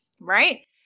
right